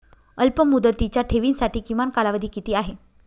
अल्पमुदतीच्या ठेवींसाठी किमान कालावधी किती आहे?